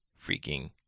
freaking